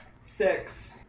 six